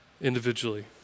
Individually